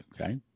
Okay